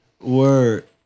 Word